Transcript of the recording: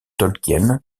tolkien